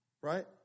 right